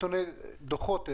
דוחות.